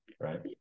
right